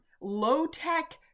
low-tech